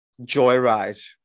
Joyride